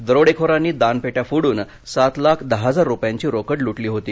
दरोडेखोरांनी दानपेट्या फोडून सात लाख दहा हजार रुपयांची रोकड लूटली होती